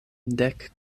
dek